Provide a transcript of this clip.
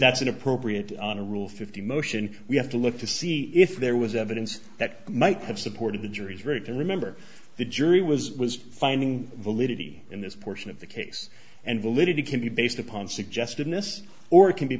that's an appropriate on a rule fifty motion we have to look to see if there was evidence that might have supported the jury's verdict and remember the jury was was finding validity in this portion of the case and validity can be based upon suggestiveness or it can be